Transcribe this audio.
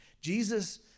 Jesus